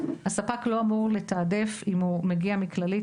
הספק לא אמור לתעדף אם הוא מגיע מכללית,